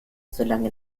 solange